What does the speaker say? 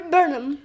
Burnham